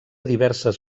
diverses